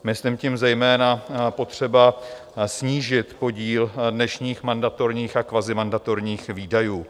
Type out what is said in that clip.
Myslím tím zejména potřebu snížit podíl dnešních mandatorních a kvazimandatorních výdajů.